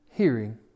Hearing